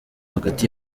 hagati